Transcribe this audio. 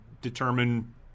determine